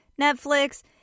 Netflix